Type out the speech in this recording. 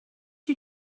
you